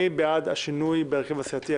מי בעד השינוי בהרכב הסיעתי?